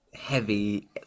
heavy